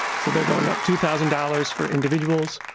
so they're going up two thousand dollars for individuals,